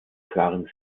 klaren